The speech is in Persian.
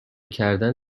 کردن